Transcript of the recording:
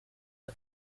the